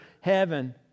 heaven